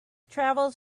travels